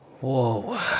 Whoa